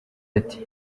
ati